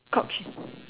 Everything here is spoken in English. court shoe